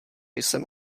jsem